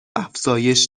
افزایش